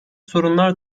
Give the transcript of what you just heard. sorunlar